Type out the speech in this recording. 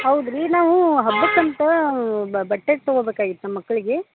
ಹೌದು ರಿ ನಾವು ಹಬ್ಬಕ್ಕಂತ ಬಟ್ಟೆ ತಗೋಬೇಕಾಗಿತ್ತು ನಮ್ಮ ಮಕ್ಳಿಗೆ